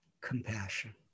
compassion